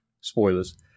Spoilers